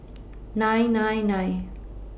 nine nine nine